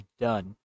done